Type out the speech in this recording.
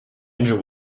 engine